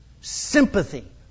sympathy